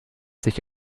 sich